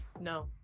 No